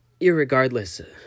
irregardless